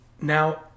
Now